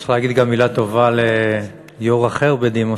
צריך להגיד מילה טובה גם ליו"ר אחר בדימוס,